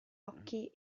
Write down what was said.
occhi